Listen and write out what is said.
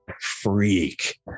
freak